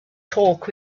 talk